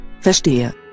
Verstehe